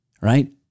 right